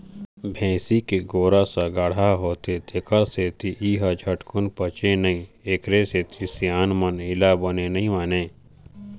भइसी के गोरस ह गाड़हा होथे तेखर सेती ए ह झटकून पचय नई एखरे सेती सियान मन एला बने नइ मानय